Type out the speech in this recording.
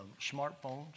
smartphones